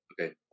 Okay